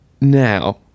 now